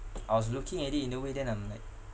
I was looking at it in a way then I'm like